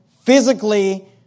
physically